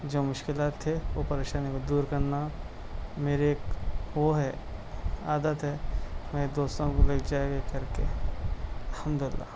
جو مشکلات تھے وہ پریشانی کو دور کرنا میری ایک وہ ہے عادت ہے میں دوستوں کو لے جایا کر کے الحمد اللہ